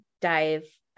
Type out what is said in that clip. dive